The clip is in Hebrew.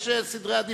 יש סדר עדיפויות,